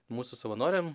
mūsų savanoriam